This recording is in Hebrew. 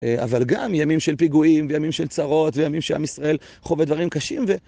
אבל גם ימים של פיגועים וימים של צרות וימים שעם ישראל חווה דברים קשים ו...